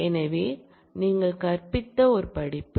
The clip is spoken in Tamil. எனவே நீங்கள் கற்பித்த ஒரு படிப்பு